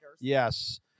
yes